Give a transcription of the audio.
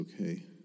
okay